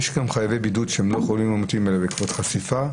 יש גם מחויבי בידוד שהם לא חולים מאומתים אלא בעקבות חשיפה,